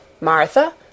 Martha